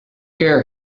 care